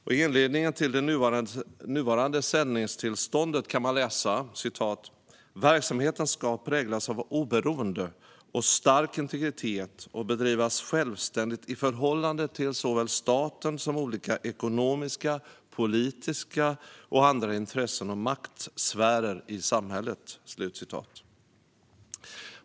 I inledningen till det nuvarande sändningstillståndet kan man läsa: "Verksamheten ska präglas av oberoende och stark integritet och bedrivas självständigt i förhållande till såväl staten som olika ekonomiska, politiska och andra intressen och maktsfärer i samhället."